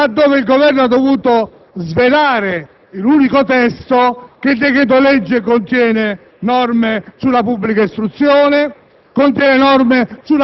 del Governo, laddove l'Esecutivo ha dovuto svelare l'unico testo che il decreto-legge contiene: norme sulla pubblica istruzione,